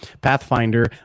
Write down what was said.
Pathfinder